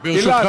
אילן.